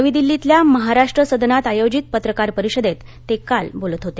नवी दिल्लीतल्या महाराष्ट्र सदनात आयोजित पत्रकार परिषदेत ते काल बोलत होते